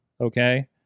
Okay